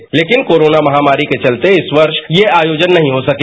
तेकिन कोरोना महामारी के चलते इस वर्ष यह आयोजन नहीं हो सके